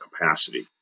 capacity